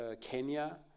Kenya